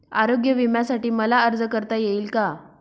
आरोग्य विम्यासाठी मला अर्ज करता येईल का?